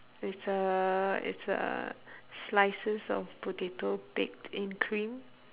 it's a it's uh slices of potato baked in cream